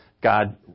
God